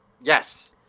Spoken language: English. Yes